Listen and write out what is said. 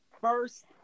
First